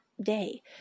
day